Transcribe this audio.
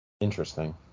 Interesting